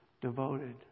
devoted